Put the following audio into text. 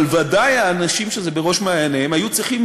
אבל ודאי האנשים שזה בראש מעייניהם היו צריכים